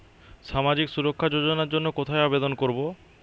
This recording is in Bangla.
সামাজিক সুরক্ষা যোজনার জন্য কোথায় আবেদন করব?